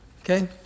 Okay